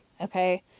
Okay